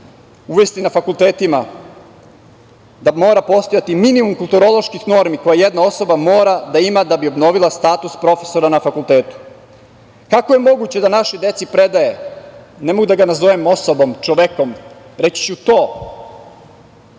uvesti na fakultetima da mora postojati minimum kulturoloških normi koje jedna osoba mora da ima da bi obnovila status profesora na fakultetu? Kako je moguće da našoj deci predaje ne mogu da ga nazovem osobom, čovekom, reći ću –